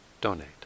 donate